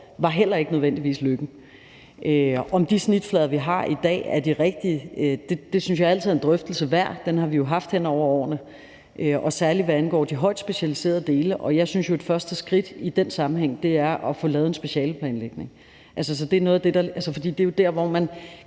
over, heller ikke nødvendigvis var lykken. Om de snitflader, vi har i dag, er de rigtige, synes jeg altid er en drøftelse værd, og den har vi jo haft hen over årene, særlig hvad angår de højtspecialiserede dele. Og jeg synes jo, at et første skridt i den sammenhæng er at få lavet en specialeplanlægning. Der er jo forskel på at lave ens serviceniveau